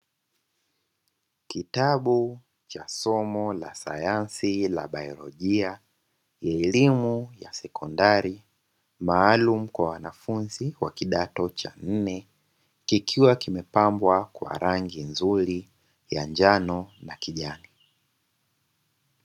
Kitabu cha somo la sayansi la bayolojia ya elimu ya sekondari maalumu kwa wanafunzi wa kidato cha nne, kikiwa kimepambwa kwa rangi nzuri ya njano na kijani.